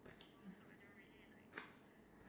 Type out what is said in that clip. hey you have died